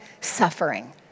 suffering